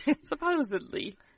supposedly